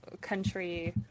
country